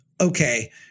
okay